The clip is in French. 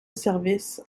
service